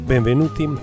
benvenuti